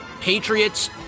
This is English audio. Patriots